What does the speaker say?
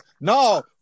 No